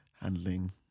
handling